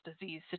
disease